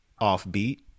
offbeat